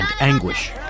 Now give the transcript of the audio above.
anguish